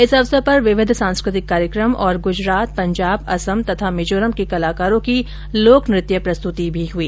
इस अवसर पर विविध सांस्कृतिक कार्यक्रम तथा गुजरात पंजाब असम और मिजोरम के कलाकारों की लोकनृत्य प्रस्तुति भी हई